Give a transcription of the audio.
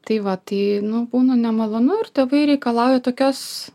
tai va tai būna nemalonu ir tėvai reikalauja tokios